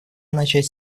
начать